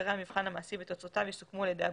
עיקרי המבחן המעשי ותוצאותיו יסוכמו על ידי הבוחנים.